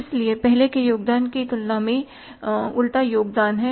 इसलिए पहले के योगदान की तुलना में उल्टा योगदान है